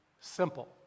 simple